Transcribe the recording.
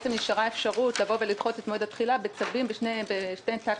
למעשה נשארה אפשרות לדחות את מועד התחילה בשני טאקטים